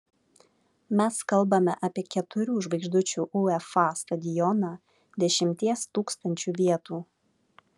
mes kalbame apie keturių žvaigždučių uefa stadioną dešimties tūkstančių vietų